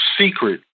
secret